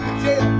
jail